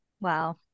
Wow